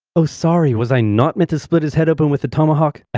oh, sorry. was i not meant to split his head open with a tomahawk? ah,